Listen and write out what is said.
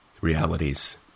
Realities